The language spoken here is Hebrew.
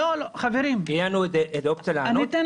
לא אמרתי